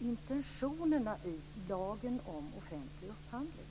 intentionerna i lagen om offentlig upphandling.